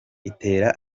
itera